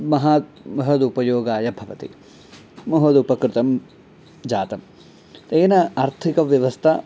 महा महदुपयोगाय भवति महोदुपकृतं जातं तेन आर्थिकव्यवस्था